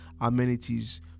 amenities